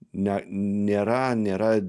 ne nėra nėra